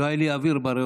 לא היה לי אוויר בריאות.